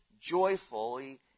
joyfully